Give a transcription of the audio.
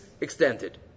extended